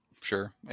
Sure